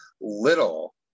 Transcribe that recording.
little